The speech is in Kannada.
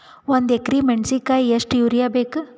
ಒಂದ್ ಎಕರಿ ಮೆಣಸಿಕಾಯಿಗಿ ಎಷ್ಟ ಯೂರಿಯಬೇಕು?